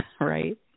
Right